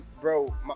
bro